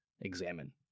examine